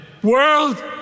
World